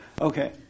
Okay